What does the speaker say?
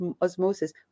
osmosis